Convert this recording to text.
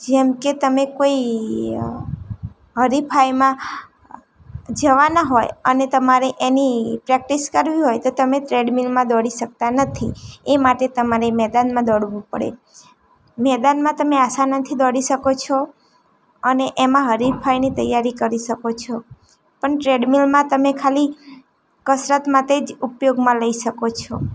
જેમ કે તમે કોઈ હરીફાઈમાં જવાના હોય અને તમારે એની પ્રેક્ટિસ કરવી હોય તો તમે ટ્રેડમિલમાં દોડી શકતા નથી એ માટે તમારે મેદાનમાં દોડવું પડે મેદાનમાં તમે આસાનાથી દોડી શકો છો અને એમાં હરિફાઈની તૈયારી કરી શકો છો પણ ટ્રેડમિલમાં તમે ખાલી કસરત માટે જ ઉપયોગમાં લઈ શકો છો